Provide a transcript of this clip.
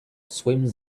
swims